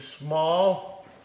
small